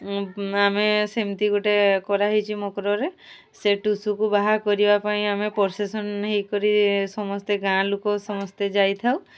ଆମେ ସେମିତି ଗୋଟେ କରାହେଇଛି ମକରରେ ସେ ଟୁସୁକୁ ବାହା କରିବା ପାଇଁ ଆମେ ପ୍ରସେସନ୍ ହେଇକରି ସମସ୍ତେ ଗାଁ ଲୋକ ସମସ୍ତେ ଯାଇଥାଉ